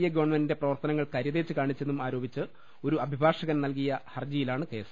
A ഗവൺമെന്റിന്റെ പ്രവർത്തനങ്ങൾ കരിതേച്ച് കാണിച്ചെന്നും ആരോപിച്ച് ഒരു അഭിഭാഷകൻ നൽകിയ ഹർജിയിലാണ് കേസ്